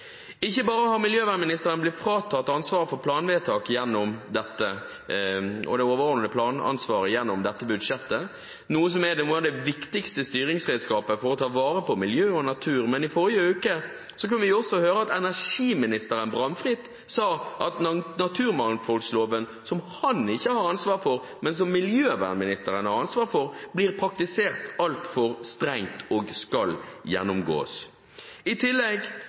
Ikke bare har miljøvernministeren blitt fratatt ansvaret for planvedtak og det overordnete planansvaret gjennom dette budsjettet, noe som er et av de viktigste styringsredskapene for å ta vare på miljø og natur, men i forrige uke kunne vi også høre at energiministeren bramfritt sa at naturmangfoldloven, som han ikke har ansvaret for, men som miljøvernministeren har ansvaret for, blir praktisert altfor strengt og skal gjennomgås. I tillegg